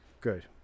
Good